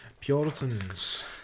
Puritans